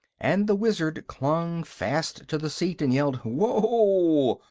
and the wizard clung fast to the seat and yelled whoa!